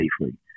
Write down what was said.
safely